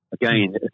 Again